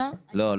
לא.